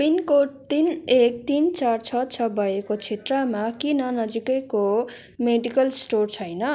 pin code तिन एक तिन चार छ छ भएको क्षेत्रमा किन नजिकैको मेडिकल स्टोर छैन